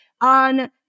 on